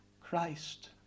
Christ